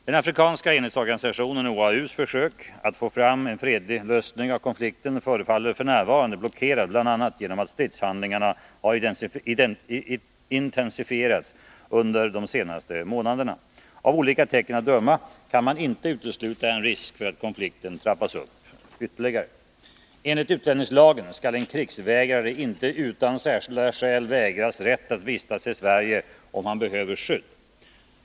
Den afrikanska enhetsorganisationen OAU:s försök att få fram en fredlig lösning av konflikten förefaller f. n. blockerat, bl.a. genom att stridshandlingarna har intensifierats under de senaste månaderna. Av olika tecken att döma kan man inte utesluta en risk för att konflikten trappas upp ytterligare. Enligt utlänningslagen skall en krigsvägrare inte utan särskilda skäl vägras rätt att vistas i Sverige om han behöver skydd.